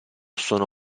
sono